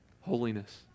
Holiness